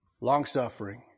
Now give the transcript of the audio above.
long-suffering